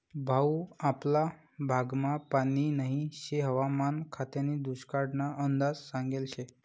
भाऊ आपला भागमा पानी नही शे हवामान खातानी दुष्काळना अंदाज सांगेल शे